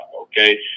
Okay